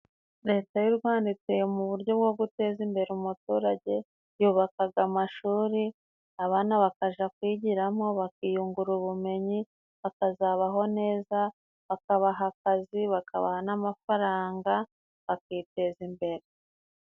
Leta y'u Rwanda iteye mu buryo bwo guteza imbere umuturage yubakaga amashuri abana bakaja kwigiramo bakiyungura ubumenyi bakazabaho neza bakabaha akazi bakabaha n'amafaranga bakiteza imbere